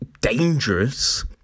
dangerous